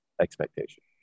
expectation